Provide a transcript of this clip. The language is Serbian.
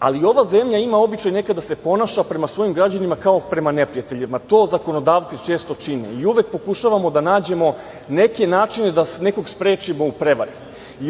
ali ova zemlja ima običaj nekada da se ponaša prema svojim građanima kao prema neprijateljima, a to zakonodavci često čine i uvek pokušavamo da nađemo neke načine da nekog sprečimo u prevari.